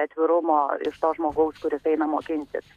atvirumo iš to žmogaus kuris eina mokintis